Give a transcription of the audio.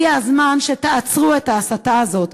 הגיע הזמן שתעצרו את ההסתה הזאת,